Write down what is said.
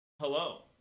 Hello